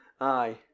aye